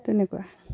তেনেকুৱা